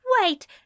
Wait